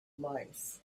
life